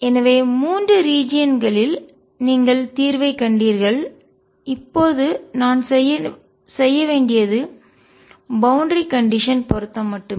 எனவே மூன்று ரீஜியன் களில் பிராந்தியங்களில் நீங்கள் தீர்வைக் கண்டீர்கள் இப்போது நான் செய்ய வேண்டியது பௌண்டரி கண்டிஷன் எல்லை நிலை பொருத்தம் மட்டுமே